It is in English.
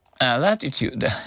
Latitude